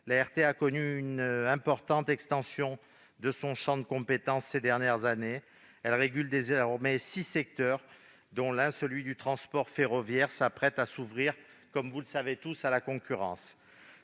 L'ART a connu une importante extension de son champ de compétences ces dernières années. Elle régule désormais six secteurs, dont l'un, celui du transport ferroviaire, s'apprête à s'ouvrir à la concurrence,